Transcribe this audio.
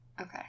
Okay